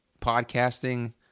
podcasting